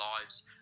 lives